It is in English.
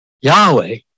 Yahweh